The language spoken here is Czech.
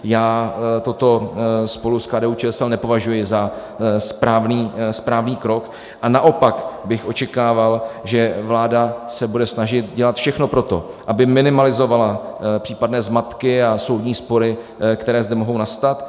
Já toto spolu s KDUČSL nepovažuji za správný krok a naopak bych očekával, že vláda se bude snažit dělat všechno pro to, aby minimalizovala případné zmatky a soudní spory, které zde mohou nastat.